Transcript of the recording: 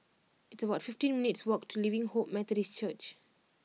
it's about fifteen minutes' walk to Living Hope Methodist Church